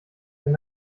wenn